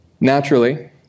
Naturally